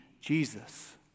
Jesus